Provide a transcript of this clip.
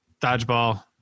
Dodgeball